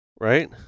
right